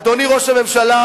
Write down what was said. אדוני ראש הממשלה,